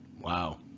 Wow